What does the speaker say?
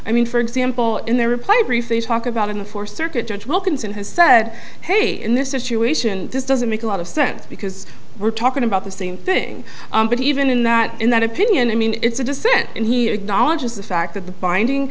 i mean for example in their reply brief they talk about in the four circuit judge wilkinson has said hey in this situation this doesn't make a lot of sense because we're talking about the same thing but even in that in that opinion i mean it's a dissent and he acknowledges the fact that the binding